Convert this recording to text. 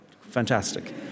Fantastic